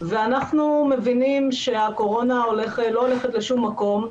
ואנחנו מבינים שהקורונה לא הולכת לשום מקום,